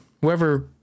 whoever